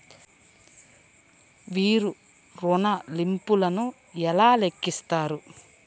మీరు ఋణ ల్లింపులను ఎలా లెక్కిస్తారు?